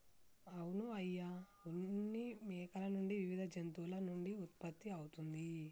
అవును అయ్య ఉన్ని మేకల నుండి వివిధ జంతువుల నుండి ఉత్పత్తి అవుతుంది